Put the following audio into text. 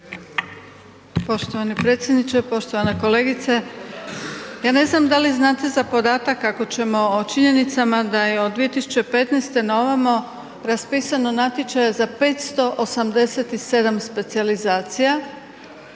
Poštovani predsjedniče, poštovana kolegice. Ja ne znam da li znate za podatak ako ćemo o činjenicama da je od 2015. na ovamo raspisano natječaja za 587 specijalizacija,